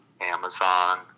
Amazon